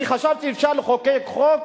חשבתי שאפשר לחוקק חוק